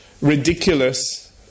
ridiculous